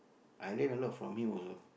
I learnt a lot from him also